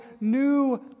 new